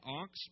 ox